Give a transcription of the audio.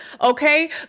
Okay